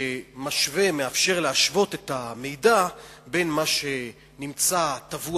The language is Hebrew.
שמאפשר להשוות את המידע בין מה שנמצא טבוע